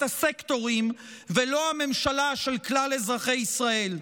הסקטורים ולא הממשלה של כלל אזרחי ישראל,